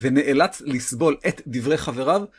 ונאלץ לסבול את דברי חבריו?